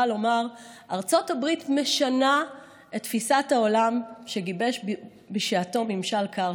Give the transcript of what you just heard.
ארצות הברית משנה את תפיסת העולם שגיבש בשעתו ממשל קרטר.